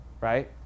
Right